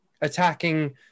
attacking